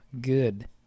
good